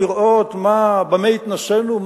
לראות במה התנסינו,